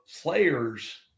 players